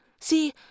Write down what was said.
See